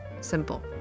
simple